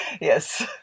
yes